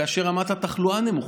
כאשר רמת התחלואה נמוכה,